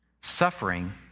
suffering